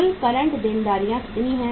कुल करंट देनदारियां कितनी हैं